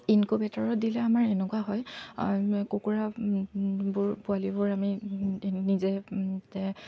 ইনক'ভেটৰৰ দিলে আমাৰ এনেকুৱা হয় কুকুৰাবোৰ পোৱালিবোৰ আমি নিজে সিহঁতে